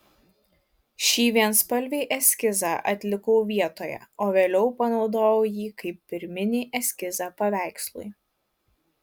šį vienspalvį eskizą atlikau vietoje o vėliau panaudojau jį kaip pirminį eskizą paveikslui